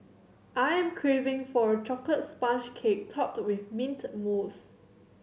I am craving for a chocolate sponge cake topped with mint mousse